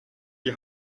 die